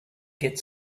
get